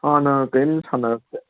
ꯍꯥꯟꯅ ꯀꯩꯝ ꯁꯥꯟꯅꯔꯛꯇꯦ